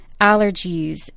allergies